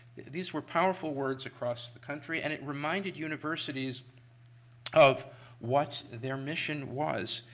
these were powerful words across the country, and it reminded universities of what their mission was,